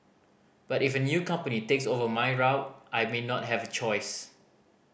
but if a new company takes over my route I may not have a choice